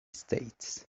states